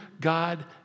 God